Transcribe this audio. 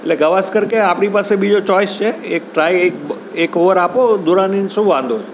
એટલે ગાવસ્કર કહે આપણી પાસે બીજો ચોઈસ છે એક ટ્રાય એક એક ઓવર આપો દુરાનીને શું વાંધો છે